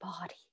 body